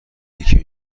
یکی